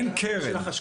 אין קרן.